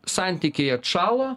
santykiai atšalo